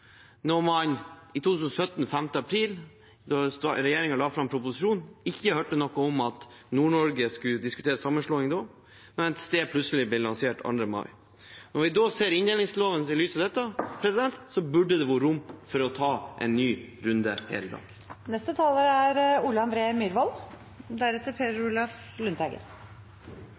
når man 5. april 2017, da regjeringen la fram proposisjonen, ikke hørte noe om at Nord-Norge skulle diskutere sammenslåing, mens det plutselig ble lansert 2. mai. Når vi så ser inndelingsloven i lys av dette, burde det være rom for å ta en ny runde her i